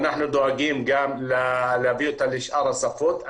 ואנחנו דואגים גם להביא אותה לשאר השפות.